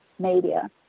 Media